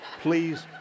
please